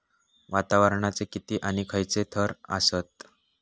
वातावरणाचे किती आणि खैयचे थर आसत?